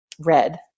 red